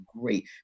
great